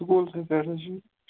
school سٕے پٮ۪ٹھ حظ چھِ